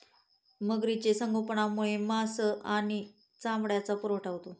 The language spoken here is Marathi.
मगरीचे संगोपनामुळे मांस आणि चामड्याचा पुरवठा होतो